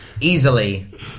easily